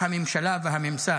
הממשלה והממסד,